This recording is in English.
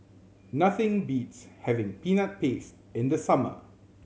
nothing beats having Peanut Paste in the summer